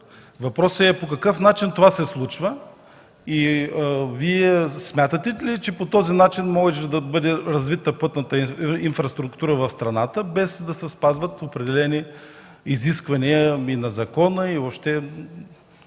Въпросът е по какъв начин това се случва? Вие смятате ли, че по този начин може да бъде развита пътната инфраструктура в страната, без да се спазват определени изисквания на закона? Как